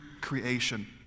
creation